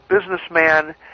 businessman